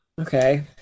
okay